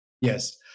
yes